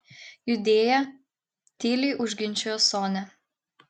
judėjė tyliai užginčijo sonia